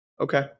Okay